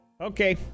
okay